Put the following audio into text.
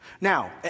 Now